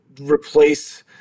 replace